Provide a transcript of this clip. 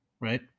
Right